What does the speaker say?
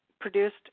produced